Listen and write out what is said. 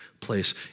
place